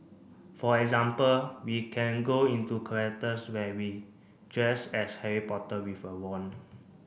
for example we can go into characters where we dressed as Harry Potter with a wand